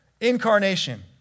Incarnation